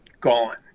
gone